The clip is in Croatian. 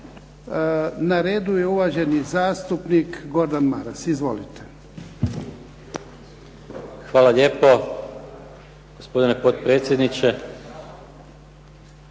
Na redu je uvaženi zastupnik Gordan Maras. Izvolite. **Maras, Gordan (SDP)** Hvala lijepo gospodine potpredsjedniče.